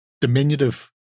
diminutive